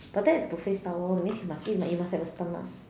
but that is buffet style orh that means you must eat you must have a stomach